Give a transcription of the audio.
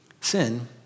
sin